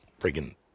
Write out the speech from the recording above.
freaking